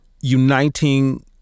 uniting